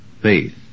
faith